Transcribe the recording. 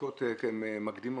בדיקות מקדימות.